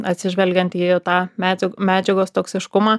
atsižvelgiant į tą medziag medžiagos toksiškumą